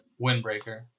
Windbreaker